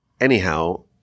Anyhow